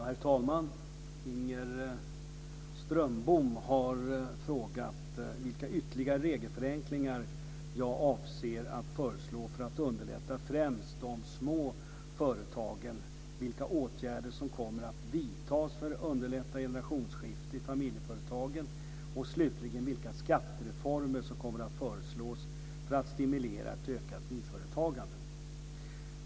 Herr talman! Inger Strömbom har frågat vilka ytterligare regelförenklingar jag avser att föreslå för att underlätta främst för de små företagen, vilka åtgärder som kommer att vidtas för att underlätta generationsskifte i familjeföretagen och slutligen vilka skattereformer som kommer att föreslås för att stimulera ett ökat nyföretagande.